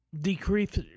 decrease